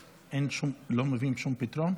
שנייה, לא נותנים שום פתרון?